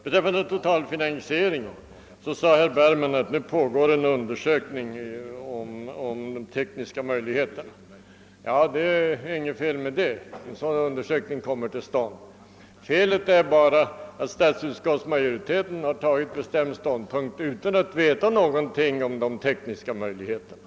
Beträffande toltalfinansieringen sade herr Bergman att en undersökning av de tekniska möjligheterna pågår. Det är inget fel i att en sådan undersökning kommer till stånd; felet är bara att statsutskottets majoritet har tagit ståndpunkt utan att veta något om de tekniska möjligheterna.